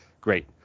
great